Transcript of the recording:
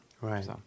Right